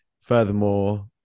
Furthermore